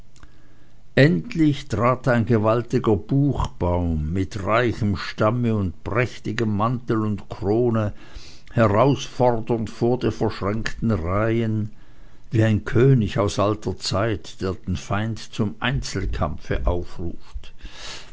endlich trat ein gewaltiger buchbaum mit reichem stamme und prächtigem mantel und krone herausfordernd vor die verschränkten reihen wie ein könig aus alter zeit der den feind zum einzelkampfe aufruft